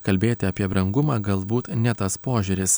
kalbėti apie brangumą galbūt ne tas požiūris